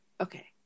Okay